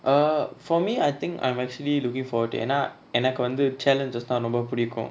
err for me I think I'm actually looking forward to ஏனா எனக்கு வந்து:yena enaku vanthu challenges தா ரொம்ப புடிக்கு:tha romba pudiku